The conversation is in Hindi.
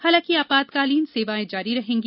हालांकि आपातकालीन सेवाएं जारी रहेंगी